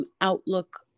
outlook